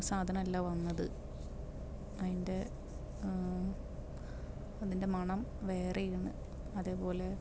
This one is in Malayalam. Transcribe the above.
സാധനമല്ല വന്നത് അയിൻ്റെ അതിൻ്റെ മണം വേറെ ആരുന്നു അതേപോലെ